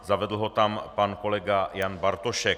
Zavedl ho tam pan kolega Jan Bartošek.